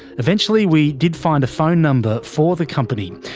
eventually we did find a phone number for the company.